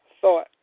thought